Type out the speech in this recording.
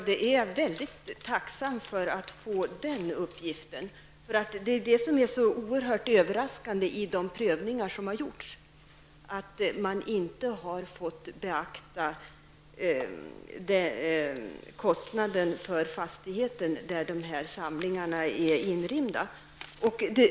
Herr talman! Jag är väldigt tacksam för att få den uppgiften. Det som är så oerhört överraskande i de prövningar som har gjorts är nämligen att man inte har fått beakta kostnaden för fastigheten där dessa samlingar är inrymda.